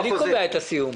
אני קובע את הסיום.